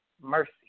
mercy